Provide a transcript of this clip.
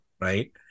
right